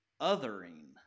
othering